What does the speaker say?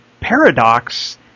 paradox